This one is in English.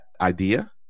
idea